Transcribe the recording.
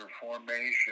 formation